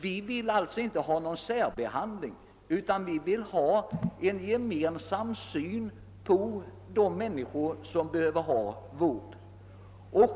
Vi vill alltså inte ha någon särbehandling, utan vi vill ha en gemensam syn på de människor som behöver vård.